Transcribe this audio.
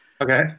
Okay